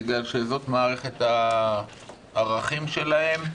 בגלל שזאת מערכת הערכים שלהם,